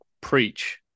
Preach